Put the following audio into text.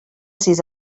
sis